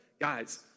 Guys